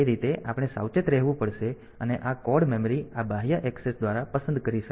તે રીતે આપણે સાવચેત રહેવું પડશે અને આ કોડ મેમરી આ બાહ્ય ઍક્સેસ દ્વારા પસંદ કરી શકાય છે